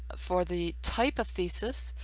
for the type of thesis,